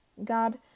God